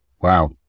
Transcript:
Wow